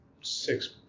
six